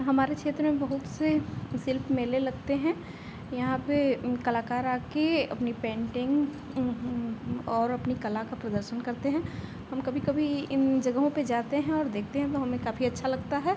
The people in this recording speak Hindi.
हमारे क्षेत्र में बहुत से शिल्प मेले लगते हैं यहाँ पर कलाकार आकर अपनी पेन्टिन्ग और अपनी कला का प्रदर्शन करते हैं हम कभी कभी इन जगहों पर जाते हैं और देखते हैं तो हमें काफ़ी अच्छा लगता है